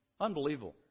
Unbelievable